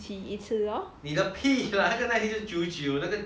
你的屁 lah 那个哪里是久久那个久而已好不好